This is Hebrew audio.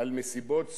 על מסיבות סושי,